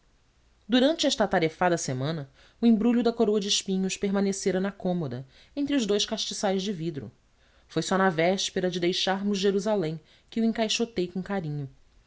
durante esta atarefada semana o embrulho da coroa de espinhos permanecera na cômoda entre os dous castiçais de vidro foi só na véspera de deixarmos jerusalém que o encaixotei com carinho